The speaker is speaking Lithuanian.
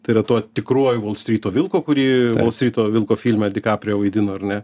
tai yra tuo tikruoju volstryto vilku kurį volstryto vilko filme di kaprio vaidino ar ne